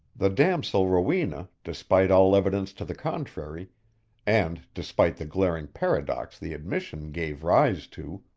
the damosel rowena, despite all evidence to the contrary and despite the glaring paradox the admission gave rise to,